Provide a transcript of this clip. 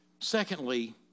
Secondly